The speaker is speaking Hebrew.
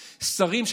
שרים.